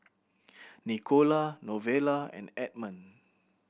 Nicola Novella and Edmon